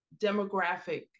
demographic